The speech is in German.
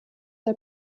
der